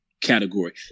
category